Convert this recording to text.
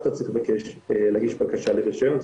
אתה צריך להגיש בקשה לרשיון,